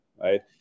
right